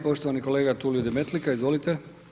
Poštovani kolega Tulio Demetlika, izvolite.